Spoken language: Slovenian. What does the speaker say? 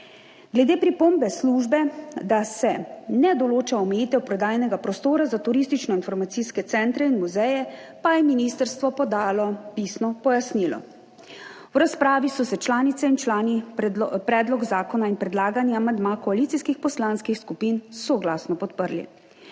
Glede pripombe službe, da se ne določa omejitev prodajnega prostora za turističnoinformacijske centre in muzeje, pa je ministrstvo podalo pisno pojasnilo. V razpravi so članice in člani predlog zakona in predlagani amandma koalicijskih poslanskih skupin soglasno podprli.